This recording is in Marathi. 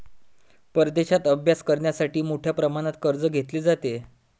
परदेशात अभ्यास करण्यासाठी मोठ्या प्रमाणात कर्ज घेतले जाते